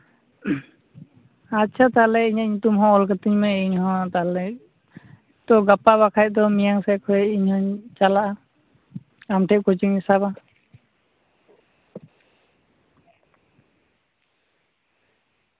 ᱟᱪᱪᱷᱟ ᱛᱟᱞᱚᱦᱮ ᱤᱧᱟᱹᱜ ᱧᱩᱛᱩᱢ ᱦᱚᱸ ᱚᱞ ᱠᱟᱹᱛᱤᱧ ᱢᱮ ᱤᱧ ᱦᱚᱸ ᱛᱟᱞᱚᱦᱮ ᱛᱚ ᱜᱟᱯᱟ ᱵᱟᱠᱷᱟᱡ ᱫᱚ ᱢᱤᱭᱟᱝ ᱥᱮᱡ ᱠᱷᱚᱡ ᱤᱧ ᱦᱩᱧ ᱪᱟᱞᱟᱜᱼᱟ ᱟᱢ ᱴᱷᱮᱡ ᱠᱳᱪᱤᱝᱤᱧ ᱥᱟᱵᱟ